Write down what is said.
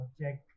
check